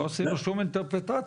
לא עשינו שום אינטרפרטציה.